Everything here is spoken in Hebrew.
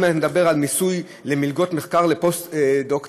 אני מדבר על מיסוי מלגות מחקר לפוסט-דוקטורנטים,